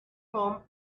home